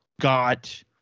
got